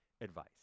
advice